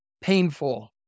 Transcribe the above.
painful